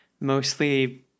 mostly